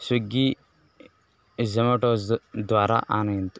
Swiggy Zomatos द्वारा आनयन्तु